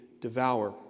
devour